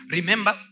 Remember